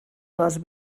els